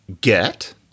get